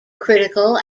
critical